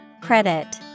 Credit